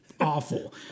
awful